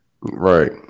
Right